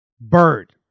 Bird